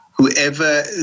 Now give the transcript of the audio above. whoever